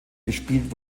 gespielt